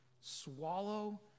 swallow